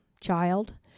child